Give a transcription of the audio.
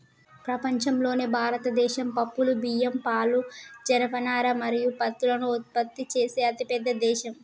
ప్రపంచంలోనే భారతదేశం పప్పులు, బియ్యం, పాలు, జనపనార మరియు పత్తులను ఉత్పత్తి చేసే అతిపెద్ద దేశం